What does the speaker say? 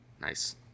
Nice